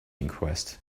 inquest